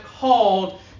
called